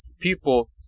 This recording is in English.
people